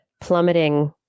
plummeting